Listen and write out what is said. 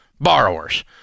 borrowers